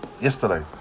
yesterday